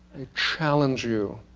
i challenge you,